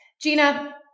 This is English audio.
Gina